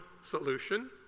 solution